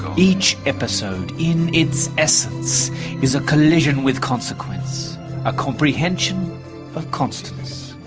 each episode, in its essence is a collision with consequence a comprehension of constants.